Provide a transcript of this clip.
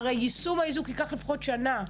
הרי יישום האיזוק ייקח לפחות שנה,